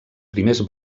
primers